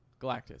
Galactus